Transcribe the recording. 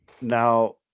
Now